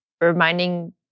Reminding